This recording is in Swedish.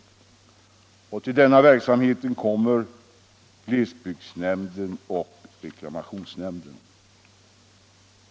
Till denna verksamhet kommer glesbygdsnämnden och reklamationsnämnden.